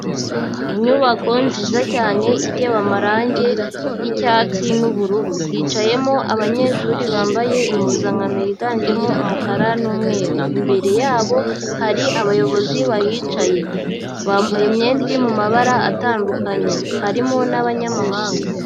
Inyubako nziza cyane itewe amarangi y'icyatsi n'ubururu. Hicayemo abanyeshuri bambaye impuzankano yiganjemo umukara n'umweru. Imbere yabo hari abayobozi bahicaye. Bambaye imyenda iri mu mabara atandukanye. Harimo n'abanyamahanga.